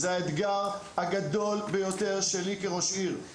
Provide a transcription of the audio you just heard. זה האתגר הגדול ביותר שלי כראש עיר.